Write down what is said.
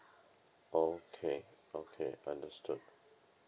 okay okay understood